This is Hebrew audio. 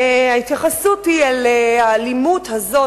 ההתייחסות היא אל האלימות הזאת,